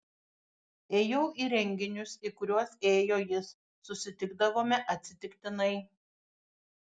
ėjau į renginius į kuriuos ėjo jis susitikdavome atsitiktinai